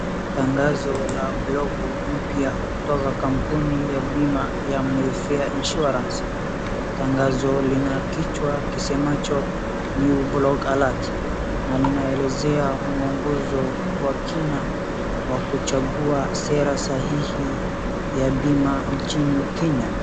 tangazo la blogu mpya kutoka kampuni ya bima ya mayfair insuarance tangazo ina kichwa ikisema new blog alert na linaelezea mwongozo wa kina wa kuchagua sera sahihi ya bima nchini kenya